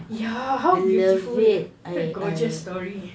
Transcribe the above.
ya how beautiful what a gorgeous story